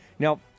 Now